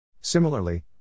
Similarly